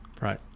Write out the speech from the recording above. Right